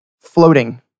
floating